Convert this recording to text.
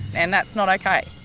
and that's not okay,